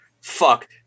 fuck